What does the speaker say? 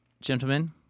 Gentlemen